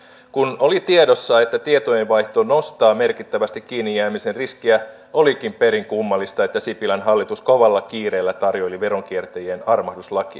kun oli tiedossa että tietojenvaihto nostaa merkittävästi kiinnijäämisen riskiä olikin perin kummallista että sipilän hallitus kovalla kiireellä tarjoili veronkiertäjien armahduslakia